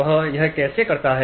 वह यह कैसे करते हैं